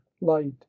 light